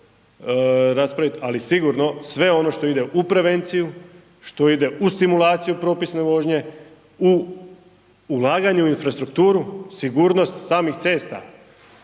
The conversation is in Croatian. ali sigurno, sve ono što ide u prevenciju, što ide u stimulaciju propisne vožnje, u ulaganju u infrastrukturu, sigurnost samih cesta,